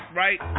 right